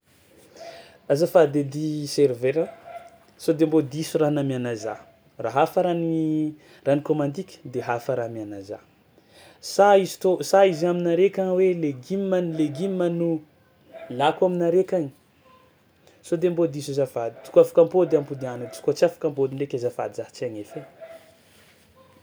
Azafady edy serveur, sao de mbô diso raha namianà zaho? Raha hafa raha ny raha nikaomandiaky de hafa raha amianà zaho. Sa izy tô sa izy aminare ka na hoe legioma legioma no lako aminareo kay? Sao de mbô diso azafady, kôa afaka ampôdy ampodiana edy kôa tsy afaka ampody ndraiky azafady za tsy hagnefa ai.